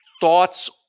thoughts